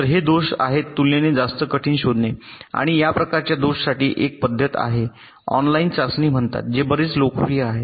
तर हे दोष आहेत तुलनेने जास्त कठीण शोधणे आणि या प्रकारच्या दोषांसाठी एक पद्धत आहे ऑनलाइन चाचणी म्हणतात जे बरेच लोकप्रिय आहे